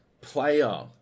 player